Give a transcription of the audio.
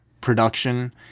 production